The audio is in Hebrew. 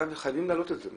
עצמו